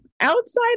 outside